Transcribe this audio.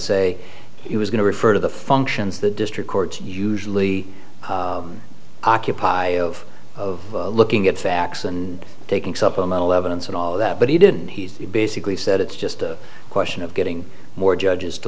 say he was going to refer to the functions the district courts usually occupy of of looking at facts and taking supplemental evidence and all that but he didn't he basically said it's just a question of getting more judges to